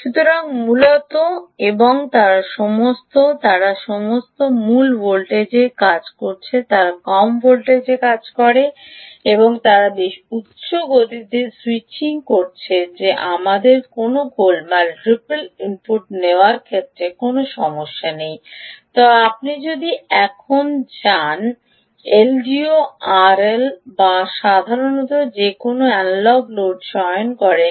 সুতরাং মূলত এবং তারা সমস্ত তারা মূলত কম ভোল্টেজে কাজ করছে তারা কম ভোল্টেজে কাজ করে এবং তারা বেশ উচ্চ গতিতে স্যুইচ করছে যে তাদের কোনও গোলমাল রিপল ইনপুট নেওয়ার ক্ষেত্রে কোনও সমস্যা নেই তবে আপনি যদি এখন যান তবে এলডিও আরএল 2 সাধারণ যে আপনি অ্যানালগ লোড চয়ন করেন